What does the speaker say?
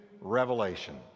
Revelation